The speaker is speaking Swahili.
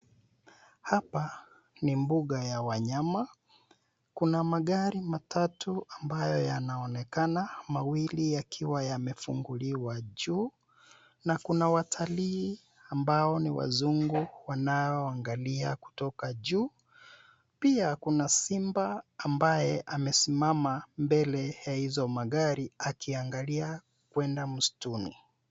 Hapa ni mbuga ya wanyama. Kuna magari matatu ambayo yanaonekana mawili yakiwa yamefunguliwa juu na kuna watalii ambao ni wazungu wanaoangalia kutoka juu. Pia kuna simba ambaye amesimama mbele ya hizo magari akiangalia kwenda msituni.